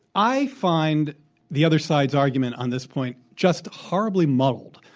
i find the other side's argument on this point just horribly muddled.